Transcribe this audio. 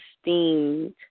esteemed